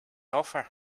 offer